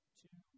two